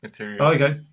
Okay